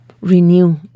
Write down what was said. renew